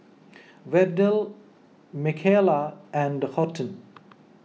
Verdell Michaela and Horton